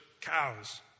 cows